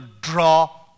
draw